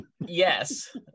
Yes